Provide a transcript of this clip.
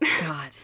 god